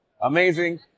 amazing